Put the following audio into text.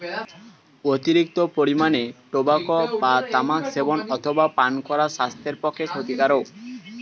অতিরিক্ত পরিমাণে টোবাকো বা তামাক সেবন অথবা পান করা স্বাস্থ্যের পক্ষে ক্ষতিকারক